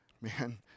Man